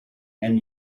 and